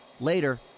Later